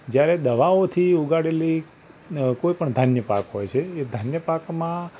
જ્યારે દવાઓથી ઉગાડેલી કોઇપણ ધાન્ય પાક હોય છે એ ધાન્ય પાકમાં